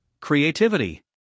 Creativity